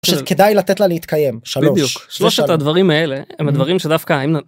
כדאי לתת לה להתקיים (שלוש ) שלושת דברים האלה הם הדברים שדווקא אם.